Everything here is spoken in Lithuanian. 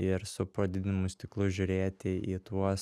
ir su padidinamu stiklu žiūrėti į tuos